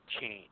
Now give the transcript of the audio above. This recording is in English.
change